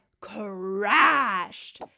crashed